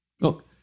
Look